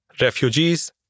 refugees